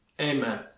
amen